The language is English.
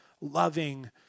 loving